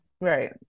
right